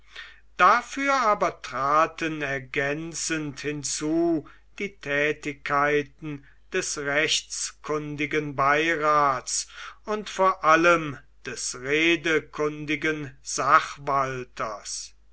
dafür aber traten ergänzend hinzu die tätigkeiten des rechtskundigen beirats und vor allem des redekundigen sachwalters